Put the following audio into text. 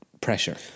pressure